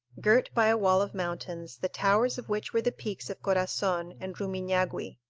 girt by a wall of mountains, the towers of which were the peaks of corazon and ruminagui.